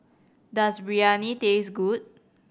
does Biryani taste good